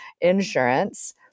insurance